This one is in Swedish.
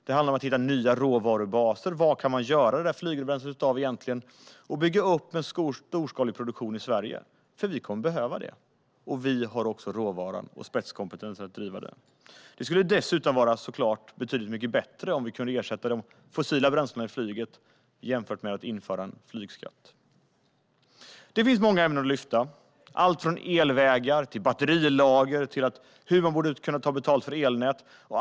Det handlar om att hitta nya råvarubaser som man kan göra flygbränsle av och bygga upp storskalig produktion i Sverige, för vi kommer att behöva det. Vi har också råvaran och spetskompetensen att driva det. Dessutom skulle det såklart vara mycket bättre att ersätta de fossila flygbränslena än att införa en flygskatt. Det finns många ämnen att lyfta fram - allt från elvägar till batterilager och hur man borde kunna ta betalt för elnät.